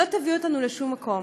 לא תביא אותנו לשום מקום.